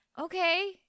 okay